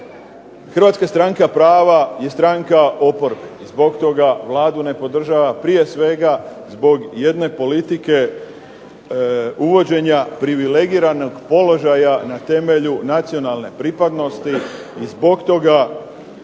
Hrvatska stranka prava je stranka oporbe, zbog toga Vladu ne podržava prije svega zbog jedne politike uvođenja privilegiranog položaja na temelju nacionalne pripadnosti i zbog toga